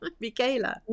Michaela